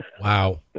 Wow